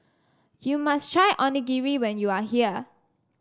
you must try Onigiri when you are here